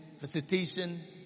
Visitation